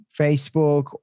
Facebook